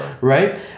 Right